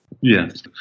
Yes